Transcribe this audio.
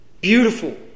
Beautiful